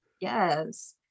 yes